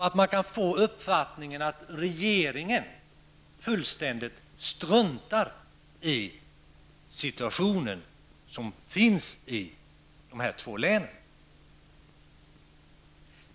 Och man kan få uppfattningen att regeringen fullständigt struntar i situationen i dessa två län.